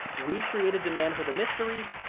we create a demand for the mystery,